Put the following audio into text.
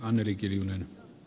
kannatan ed